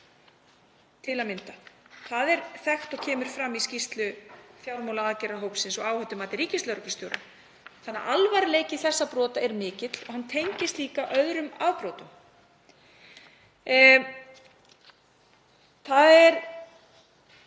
til að mynda. Það er þekkt og kemur fram í skýrslu fjármálaaðgerðahópsins og áhættumati ríkislögreglustjóra. Þannig að alvarleiki þessara brota er mikill og tengist líka öðrum afbrotum. Það er